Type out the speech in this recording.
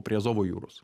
prie azovo jūros